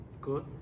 good